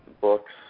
books